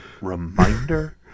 reminder